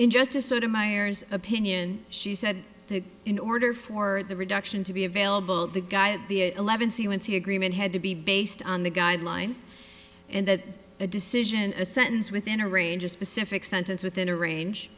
injustice so to miers opinion she said that in order for the reduction to be available the guy at the eleven sequence the agreement had to be based on the guideline and that a decision a sentence within a range a specific sentence within a range